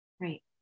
Right